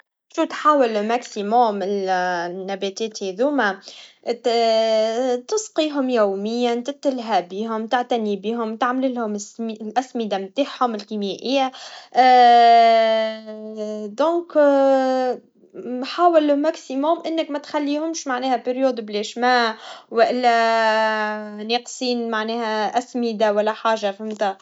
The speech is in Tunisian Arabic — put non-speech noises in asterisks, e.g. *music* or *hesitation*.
شو تحاول للحد الٌصى إن النباتات يدومها ت *hesitation* تسقيهم يومياً. تتلهى بيهم, تعتني بيهم, تعمل لهم سمي-- الأسمدة متاعهم الكيميائيا, *hesitation* إذا حاول للحد الأقصى إنك متخليهمش معناها بالفتر بالليشما, وإلا ناقصين معناها أسمدا ولا حاجة, فهمت؟